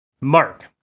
Mark